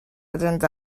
legends